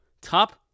top